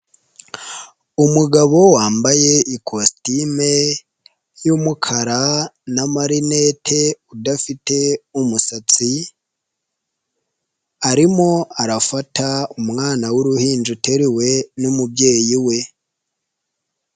Umugabo wambaye ikositimu y'umukara na marinete udafite umusatsi, arimo arafata umwana w'uruhinja uteriwe n'umubyeyi we.